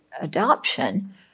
adoption